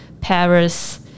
Paris